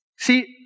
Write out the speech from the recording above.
See